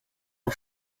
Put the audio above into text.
der